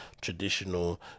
traditional